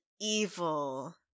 evil